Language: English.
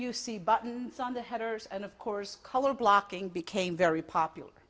you see buttons on the headers and of course color blocking became very popular